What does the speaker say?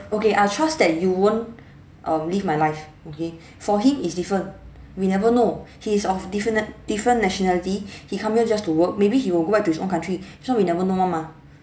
okay I trust that you won't um leave my life okay for him is different we never know he is of different different nationality he come here just to work maybe he will go back to his own country so we never know [one] mah